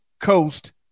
Coast